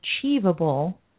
achievable